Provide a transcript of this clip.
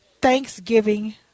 Thanksgiving